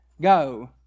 go